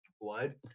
blood